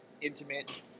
intimate